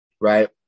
right